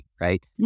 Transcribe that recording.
right